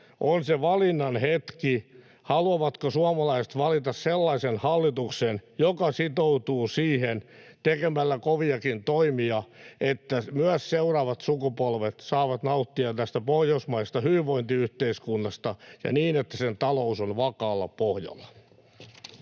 on se valinnan hetki, haluavatko suomalaiset valita sellaisen hallituksen, joka sitoutuu tekemällä koviakin toimia siihen, että myös seuraavat sukupolvet saavat nauttia tästä pohjoismaisesta hyvinvointiyhteiskunnasta ja niin, että sen talous on vakaalla pohjalla.